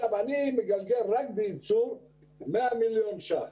אני מגלגל רק בייצור 100 מיליון שקל.